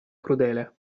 crudele